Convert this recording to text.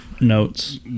notes